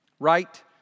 Right